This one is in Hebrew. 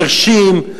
חירשים,